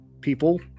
people